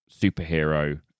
superhero